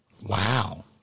Wow